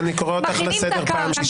מכינים את הקרקע,